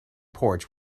porch